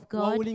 God